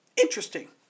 interesting